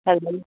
hello